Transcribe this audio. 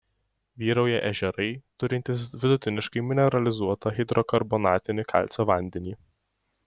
vyrauja ežerai turintys vidutiniškai mineralizuotą hidrokarbonatinį kalcio vandenį